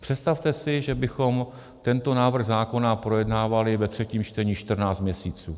Představte si, že bychom tento návrh zákona projednávali ve třetím čtení 14 měsíců.